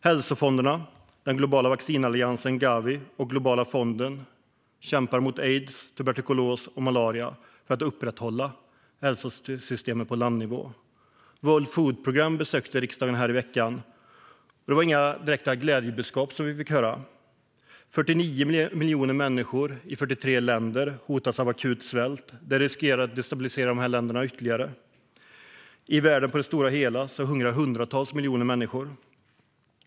Hälsofonder som den globala vaccinalliansen Gavi och Globala fonden mot aids, tuberkulos och malaria kämpar för att upprätthålla hälsosystemet på landnivå. World Food Programme besökte riksdagen här i veckan, och det var inte direkt några glädjebudskap vi fick höra. 49 miljoner människor i 43 länder hotas av akut svält, vilket riskerar att destabilisera dessa länder ytterligare. På det stora hela i världen hungrar hundratals miljoner människor.